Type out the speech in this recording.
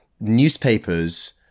newspapers